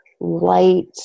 light